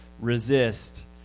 resist